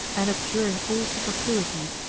and abjuring all superfluities,